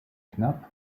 knapp